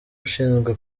ushinzwe